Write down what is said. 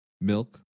milk